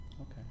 okay